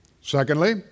Secondly